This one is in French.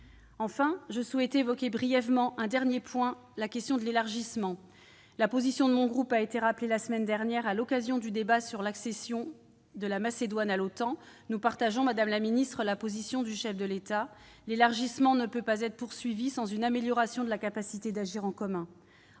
Enfin, je souhaitais évoquer brièvement la question de l'élargissement. La position de mon groupe a été rappelée la semaine dernière à l'occasion du débat sur l'accession de la Macédoine à l'OTAN. Nous partageons, madame la secrétaire d'État, la position du Chef de l'État. L'élargissement ne peut pas être poursuivi sans une amélioration de la capacité d'agir en commun.